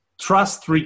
Trust